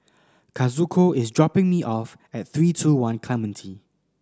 Kazuko is dropping me off at Three Two One Clementi